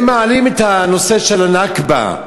הם מעלים את הנושא של הנכבה,